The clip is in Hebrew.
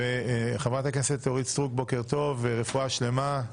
חברת הכנסת אורית סטרוק, בוקר טוב ורפואה שלמה.